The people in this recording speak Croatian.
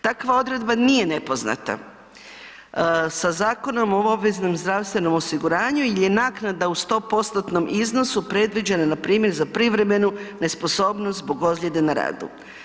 Takva odredba nije nepoznata, sa Zakonom o obveznom zdravstvenom osiguranju je naknada u 100%-nom iznosu predviđena npr. za privremenu nesposobnost zbog ozljede na radu.